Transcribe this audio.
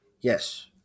Yes